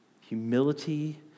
Humility